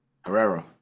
Herrera